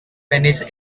venice